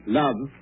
love